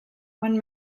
one